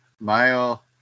mile